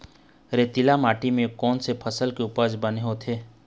रेतीली माटी म कोन से फसल के उपज बने होथे?